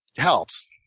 helps.